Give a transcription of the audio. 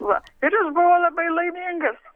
va ir jis buvo labai laimingas